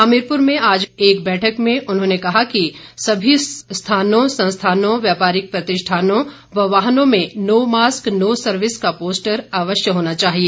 हमीरपुर में आज एक बैठक में उन्होंने कहा कि सभी स्थानों संस्थानों व्यापारिक प्रतिष्ठानों व वाहनों में नो मास्क नो सर्विस का पोस्टर अवश्य होना चाहिए